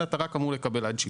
אלא אתה רק אמור לקבל עד שיפוי.